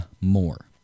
more